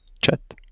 chat